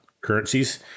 currencies